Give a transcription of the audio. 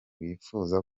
wifuza